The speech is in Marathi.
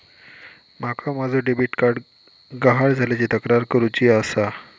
माका माझो डेबिट कार्ड गहाळ झाल्याची तक्रार करुची आसा